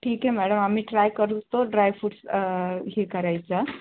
ठीक आहे मॅडम आम्ही ट्राय करू तो ड्रायफ्रूट्स हे करायचा